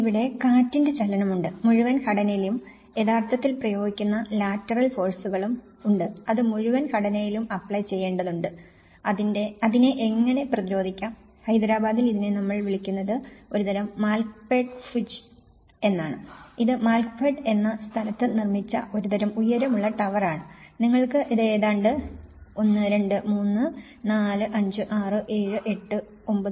ഇവിടെ കാറ്റിന്റെ ചലനവുമുണ്ട് മുഴുവൻ ഘടനയിലും യഥാർത്ഥത്തിൽ പ്രയോഗിക്കുന്ന ലാറ്ററൽ ഫോഴ്സുകളും ഉണ്ട്അത് മുഴുവൻ ഘടനയിലും അപ്ലൈ ചെയ്യേണ്ടതുണ്ട് അതിനെ എങ്ങനെ പ്രതിരോധിക്കാം ഹൈദരാബാദിൽ ഇതിനെ നമ്മൾ വിളിക്കുന്നത് ഒരുതരം മാൽക്പേട്ട് ഭുജ് ആണ് ഇത് മാൽക്പേട്ട് എന്ന സ്ഥലത്ത് നിർമ്മിച്ച ഒരുതരം ഉയരമുള്ള ടവറാണ് നിങ്ങൾക്ക് അത് ഏതാണ്ട് 1 2 3 4 5 6 7 8